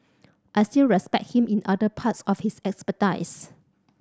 I still respect him in other parts of his expertise